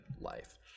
life